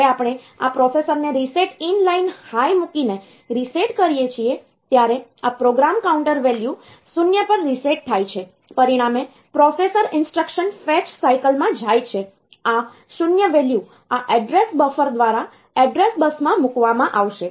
જ્યારે આપણે આ પ્રોસેસરને રીસેટ ઈન લાઈન હાઈ મૂકીને રીસેટ કરીએ છીએ ત્યારે આ પ્રોગ્રામ કાઉન્ટર વેલ્યુ 0 પર રીસેટ થાય છે પરિણામે પ્રોસેસર ઈન્સ્ટ્રક્શન ફેચ સાઈકલ માં જાય છે આ 0 વેલ્યુ આ એડ્રેસ બફર દ્વારા એડ્રેસ બસમાં મૂકવામાં આવશે